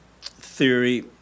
theory